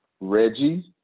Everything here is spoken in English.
Reggie